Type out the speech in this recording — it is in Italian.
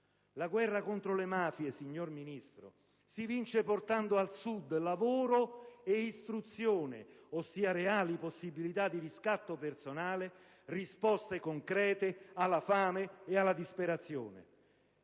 La guerra contro le mafie, signora Ministro, si vince portando al Sud lavoro ed istruzione, ossia reali possibilità di riscatto personale, risposte concrete alla fame ed alla disperazione.